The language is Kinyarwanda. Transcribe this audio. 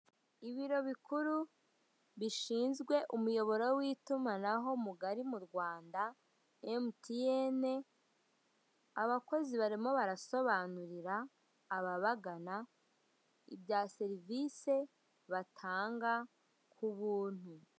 Ibiro bikuru bishinzwe umuyoboro w'itumanaho mugari mu Rwanda emutiyeni abakozi barimo barasobanurira ababagana ibya serivise batanga ku buntu.